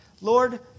Lord